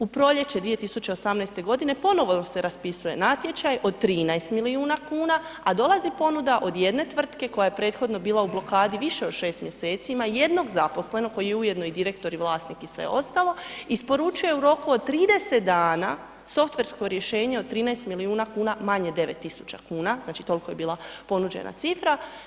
U proljeće 2018. godine ponovo se raspisuje natječaj od 13 milijuna kuna, a dolazi ponuda od jedne tvrtke koja je prethodno bila u blokadi više od 6 mjeseci, ima jednog zaposlenog koji je ujedno i direktor i vlasnik i sve ostalo, isporučio je u roku od 30 dana softversko rješenje od 13 milijuna kuna, manje 9.000 kuna, znači toliko je bila ponuđena cifra.